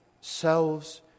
selves